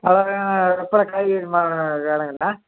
hello என்னாங்க வெப்படை காய்கறி market தானுங்களா